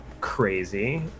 crazy